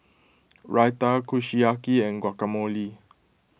Raita Kushiyaki and Guacamole